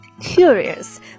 Curious